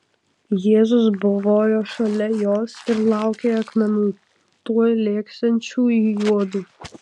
jėzus buvojo šalia jos ir laukė akmenų tuoj lėksiančių į juodu